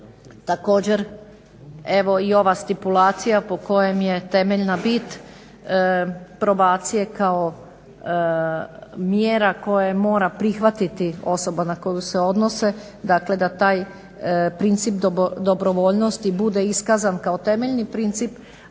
Također evo i ova stipulacija po kojem je temeljna bit probacije kao mjera koje mora prihvatiti osoba na koju se odnose. Dakle, da taj princip dobrovoljnosti bude iskazan kao temeljni princip,